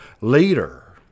leader